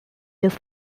his